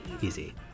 easy